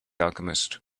alchemist